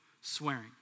swearing